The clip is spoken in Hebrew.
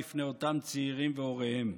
בפני אותם צעירים והוריהם.